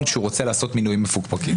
כשהוא רוצה לעשות מינויים מפוקפקים.